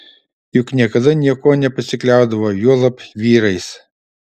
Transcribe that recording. juk niekada niekuo nepasikliaudavo juolab vyrais